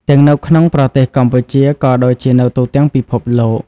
ទាំងនៅក្នុងប្រទេសកម្ពុជាក៏ដូចជានៅទូទាំងពិភពលោក។